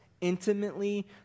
intimately